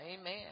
amen